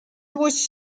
was